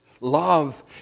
Love